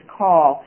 call